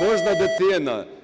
Кожна дитина,